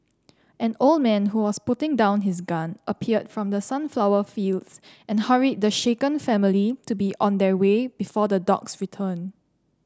an old man who was putting down his gun appeared from the sunflower fields and hurried the shaken family to be on their way before the dogs return